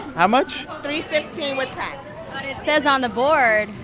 how much? three-fifteen with tax but it says on the board,